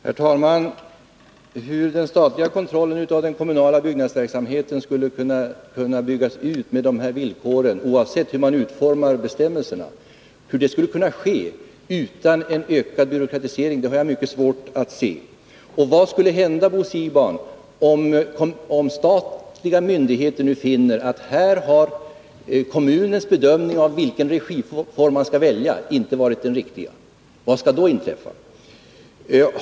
Herr talman! Hur den statliga kontrollen av den kommunala byggnadsverksamheten med de här villkoren skulle kunna byggas ut utan en ökad byråkratisering — oavsett hur bestämmelserna utformas — har jag mycket svårt att se. Och vad skulle hända, Bo Siegbahn, om statliga myndigheter finner att kommunens bedömning av vilken regiform som skall väljas inte varit den riktiga? Vad skall då inträffa?